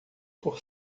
por